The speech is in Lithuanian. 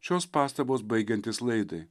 šios pastabos baigiantis laidai